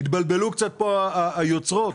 התבלבלו פה קצת היוצרות.